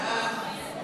ההצעה